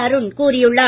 அருண் கூறியுள்ளார்